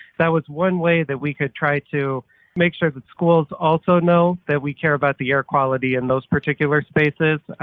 that was one way that we could try to make sure that schools also know that we care about the air quality in those particular spaces.